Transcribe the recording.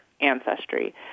ancestry